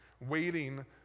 waiting